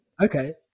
Okay